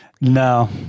No